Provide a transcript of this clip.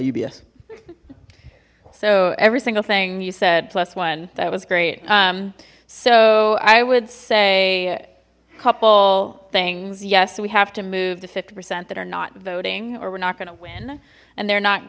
ubs so every single thing you said plus one that was great so i would say couple things yes we have to move the fifty percent that are not voting or we're not gonna win and they're not